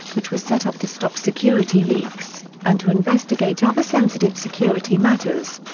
which was set up to stop security leaks and to investigate other sensitive security matters.